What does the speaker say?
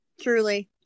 truly